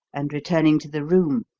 and, returning to the room,